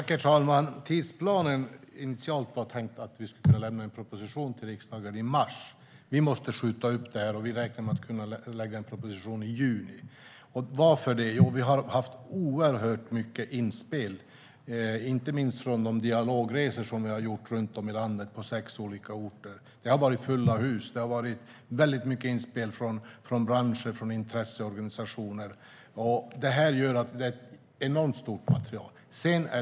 Herr talman! Tidsplanen var initialt att vi skulle lämna en proposition till riksdagen i mars, men vi måste skjuta upp den. Vi räknar med att kunna lägga fram en proposition i juni. Varför då? Jo, för att vi har fått oerhört många inspel, inte minst under de dialogresor vi har gjort runt om i landet, till sex olika orter. Det har varit fulla hus med många inspel från branscher och intresseorganisationer, vilket har gjort att vi fått ett enormt stort material.